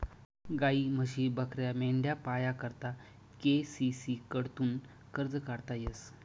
गायी, म्हशी, बकऱ्या, मेंढ्या पाया करता के.सी.सी कडथून कर्ज काढता येस